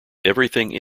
everything